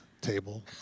table